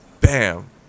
bam